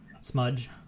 Smudge